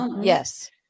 Yes